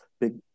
big